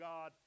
God